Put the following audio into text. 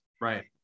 right